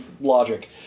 logic